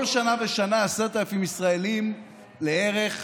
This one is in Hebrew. כל שנה ושנה 10,000 ישראלים לערך,